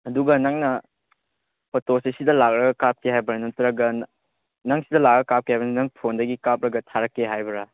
ꯑꯗꯨꯒ ꯅꯪꯅ ꯐꯣꯇꯣꯁꯦ ꯁꯤꯗ ꯂꯥꯛꯂꯒ ꯀꯥꯞꯁꯦ ꯍꯥꯏꯕ꯭ꯔꯥ ꯅꯠꯇ꯭ꯔꯒ ꯅꯪ ꯁꯤꯗ ꯂꯥꯛꯂꯒ ꯀꯥꯞꯀꯦ ꯍꯥꯏꯕ꯭ꯔꯥ ꯅꯪ ꯐꯣꯟꯗꯒꯤ ꯀꯥꯞꯂꯒ ꯊꯥꯔꯛꯀꯦ ꯍꯥꯏꯕ꯭ꯔꯥ